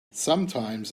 sometimes